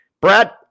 Brad